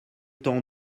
tant